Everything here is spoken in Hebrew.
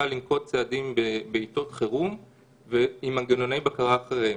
לנקוט אמצעים בעתות חירום עם מנגנוני בקרה אחרים.